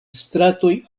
stratoj